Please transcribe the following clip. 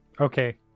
Okay